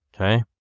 okay